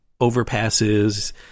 overpasses